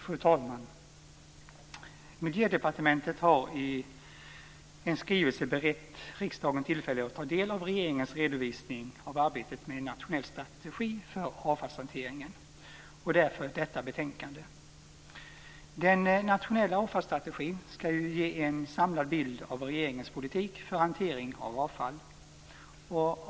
Fru talman! Miljödepartementet har i en skrivelse berett riksdagen tillfälle att ta del av regeringens redovisning av arbetet med en nationell strategi för avfallshanteringen - därför detta betänkande. Den nationella avfallsstrategin skall ju ge en samlad bild av regeringens politik för hantering av avfall.